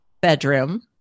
Bedroom